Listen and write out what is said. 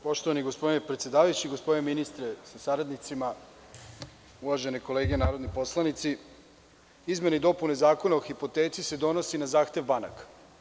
Poštovani gospodine predsedavajući, gospodine ministre sa saradnicima, uvažene kolege narodni poslanici, izmene i dopune Zakona o hipoteci se donosi na zahtev banaka.